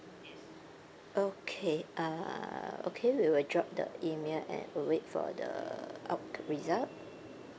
okay uh okay we will drop the email and await for the out result